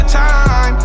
time